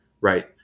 Right